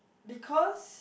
because